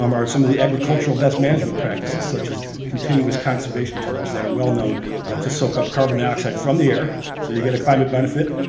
um some of the agricultural best management practices such as continuous conservation tillage that are well known to soak up carbon dioxide from the air so you get a climate benefit,